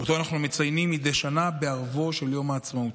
שאותו אנחנו מציינים מדי שנה בערבו של יום העצמאות.